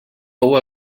fou